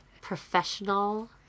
Professional